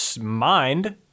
mind